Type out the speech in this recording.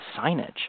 signage